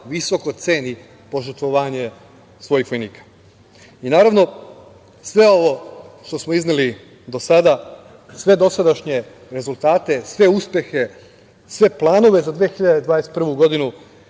visoko ceni požrtvovanje svojih vojnika. Sve ovo što smo izneli do sada, sve dosadašnje rezultate, sve uspehe, sve planove za 2021. godinu,